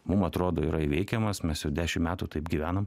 mum atrodo yra įveikiamas mes jau dešim metų taip gyvenam